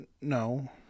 No